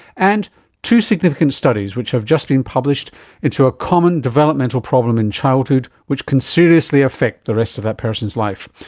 and two significant studies which have just been published into a common developmental problem in childhood which can seriously affect the rest of that person's life,